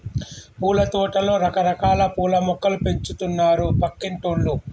పూలతోటలో రకరకాల పూల మొక్కలు పెంచుతున్నారు పక్కింటోల్లు